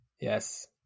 Yes